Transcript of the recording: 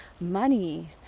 money